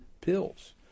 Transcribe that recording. pills